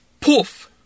Poof